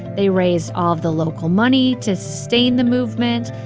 they raised all of the local money to sustain the movement,